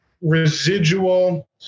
Residual